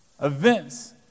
events